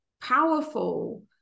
powerful